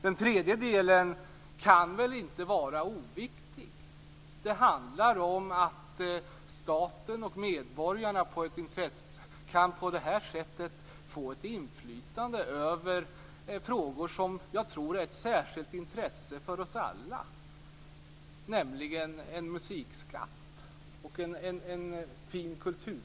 Det tredje kriteriet kan inte vara oviktigt, nämligen att staten och medborgarna på det här sättet kan få inflytande över något som torde vara av särskilt intresse för oss alla, nämligen en musikskatt och en fin musikkultur.